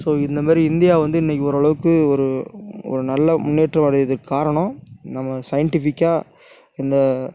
so இந்த மாதிரி India வந்து இன்றைக்கு ஓர் அளவுக்கு ஒரு நல்ல முன்னேற்ற அடைவதற்குக் காரணம் நம்ம சயின்டிஃபிக்காக இந்த